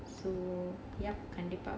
so yup கண்டிப்பா:kandippaa